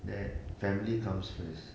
that family comes first